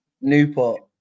Newport